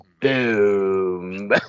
boom